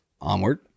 Onward